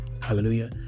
Hallelujah